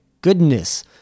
goodness